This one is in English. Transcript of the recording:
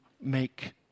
make